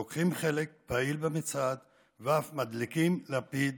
שלוקחים חלק פעיל במצעד ואף מדליקים לפיד